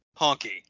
honky